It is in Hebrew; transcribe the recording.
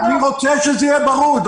אני רוצה שזה יהיה ברור,